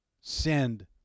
Send